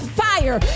fire